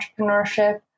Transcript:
entrepreneurship